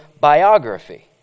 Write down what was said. biography